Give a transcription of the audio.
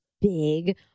big